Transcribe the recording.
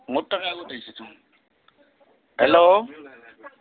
hello